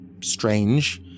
strange